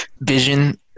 vision